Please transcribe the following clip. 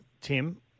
Tim